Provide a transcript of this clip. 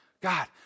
god